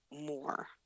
more